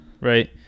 right